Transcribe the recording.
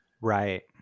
right